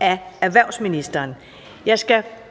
Af erhvervsministeren